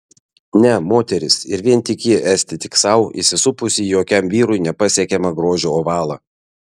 ne moteris ir vien tik ji esti tik sau įsisupusi į jokiam vyrui nepasiekiamą grožio ovalą